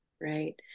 right